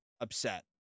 upset